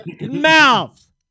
mouth